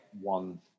one